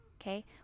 okay